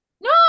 No